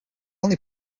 only